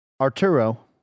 Arturo